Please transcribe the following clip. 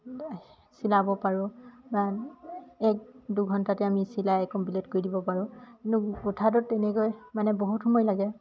চিলাব পাৰোঁ বা এক দুঘণ্টাতে আমি চিলাই কমপ্লিট কৰি দিব পাৰোঁ কিন্তু গোঁঠাটোত তেনেকৈ মানে বহুত সময় লাগে